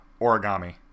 origami